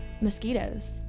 mosquitoes